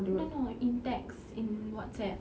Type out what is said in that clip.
no no in text in whatsapp